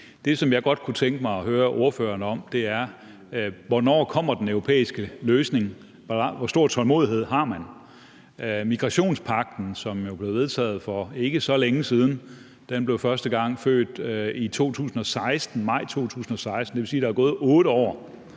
Det, som jeg godt kunne tænke mig at høre ordføreren om, er: Hvornår kommer den europæiske løsning – hvor stor tålmodighed har man? Migrationspagten, som er blevet vedtaget for ikke så længe siden, blev født i maj 2016, og det vil sige, at der er gået 8 år,